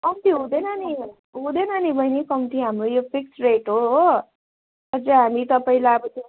कम्ती हुँदैन नि हुँदैन नि बहिनी कम्ती हाम्रो यो फिक्स्ड रेट हो हो अझै हामी तपाईँलाई अब त्यो